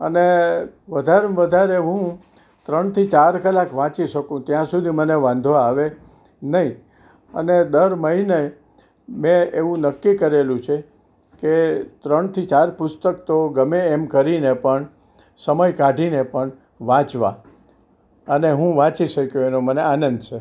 અને વધારેમાં વધારે હું ત્રણથી ચાર કલાક વાંચી શકું ત્યાં સુધી મને વાંધો આવે નહીં અને દર મહિને મેં એવું નક્કી કરેલું છે કે ત્રણથી ચાર પુસ્તક તો ગમે એમ કરીને પણ સમય કાઢીને પણ વાંચવાં અને હું વાંચી શક્યો એનો મને આનંદ છે